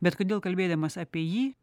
bet kodėl kalbėdamas apie jį